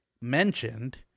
mentioned